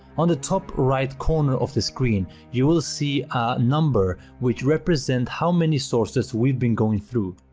on the top right corner of the screen you will see a number which represent how many sources we've been going through.